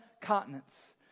continents